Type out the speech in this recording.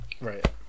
right